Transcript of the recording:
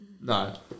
No